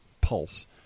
pulse